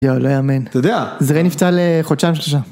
יואו, לא יאמן. אתה יודע. זרי נפצע לחודשיים שלושה.